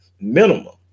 minimum